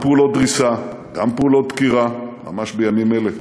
גם פעולות דריסה, גם פעולות דקירה, ממש בימים אלה,